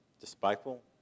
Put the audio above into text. despiteful